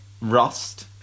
Rust